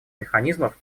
механизмов